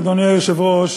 אדוני היושב-ראש,